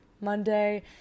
Monday